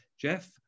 Jeff